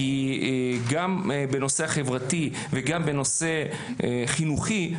גם בנושא החברתי וגם בנושא החינוכי,